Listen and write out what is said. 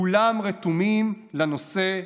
כולם רתומים לנושא,